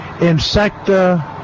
Insecta